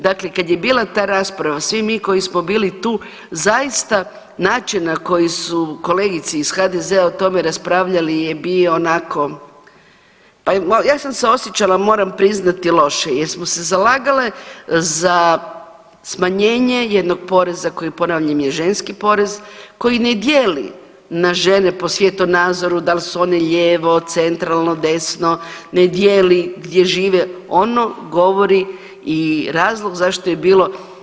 Dakle kad je bila ta rasprava svi mi koji smo bili tu zaista način na koji su kolegice iz HDZ-a o tome raspravljali je bio onako, ja sam se osjećala moram priznati loše jer smo se zalagale za smanjenje jednog poreza koji ponavljam je ženski porez, koji ne dijeli na žene po svjetonazoru dal su one lijevo, centralno, desno, ne dijeli, gdje žive, ono govori i razlog zašto je bilo.